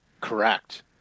Correct